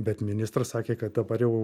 bet ministras sakė kad dabar jau